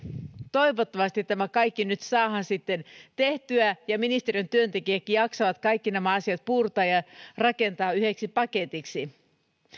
toivottavasti tämä kaikki nyt saadaan sitten tehtyä ja ministeriön työntekijätkin jaksavat puurtaa ja kaikki nämä asiat rakentaa yhdeksi paketiksi